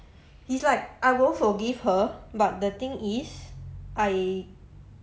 it's like I won't forgive her but the thing is I